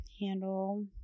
handle